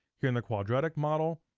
here in the quadratic model,